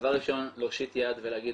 דבר ראשון להושיט יד ולהגיד,